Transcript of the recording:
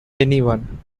anyone